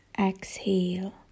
exhale